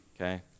Okay